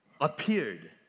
appeared